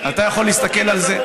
אתה אומר "לא", אבל הם אומרים "כן".